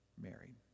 married